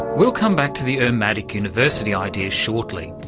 we'll come back to the urmadic university idea shortly,